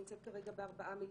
נמצאת כרגע ב-4 מיליון.